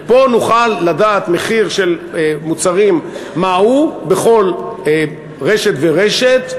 ופה נוכל לדעת מחיר של מוצרים מהו בכל רשת ורשת,